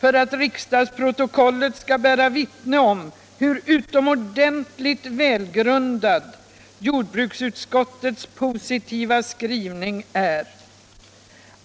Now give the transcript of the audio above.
för att riksdagsprotokollet skall bära vittne om hur utomordentligt välgrundad jordbruksutskottets positiva skrivning är.